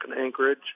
Anchorage